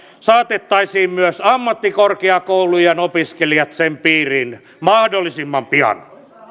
saatettaisiin myös ammattikorkeakoulujen opiskelijat sen piiriin mahdollisimman pian